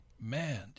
man